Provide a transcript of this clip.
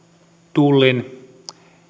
tullin